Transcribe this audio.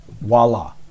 voila